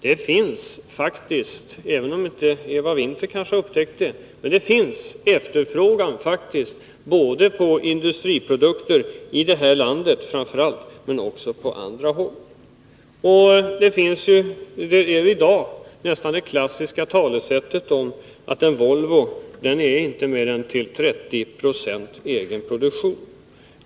Det finns faktiskt — även om Eva Winther inte kanske upptäckt det — efterfrågan på industriprodukter framför allt i det här landet men också på andra håll. I dag sägs det, och det är nästan ett klassiskt talesätt, att en Volvo inte till mer än 30 26 är egen produktion.